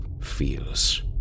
feels